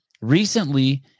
recently